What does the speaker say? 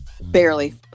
Barely